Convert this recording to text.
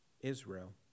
Israel